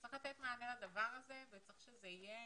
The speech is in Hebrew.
צריך לתת מענה לדבר הזה וצריך שזה יהיה